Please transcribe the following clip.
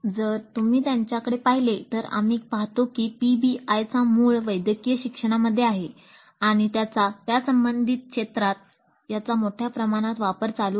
जर तुम्ही त्यांच्याकडे पाहिले तर आम्ही पाहतो की पीबीआय चा मूळ वैद्यकीय शिक्षणामध्ये आहे आणि त्याचा आणि त्यासंबंधित क्षेत्रात याचा मोठ्या प्रमाणात वापर चालू आहे